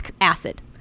acid